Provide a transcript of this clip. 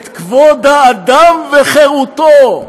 את כבוד האדם וחירותו,